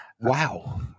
wow